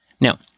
Now